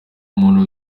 muntu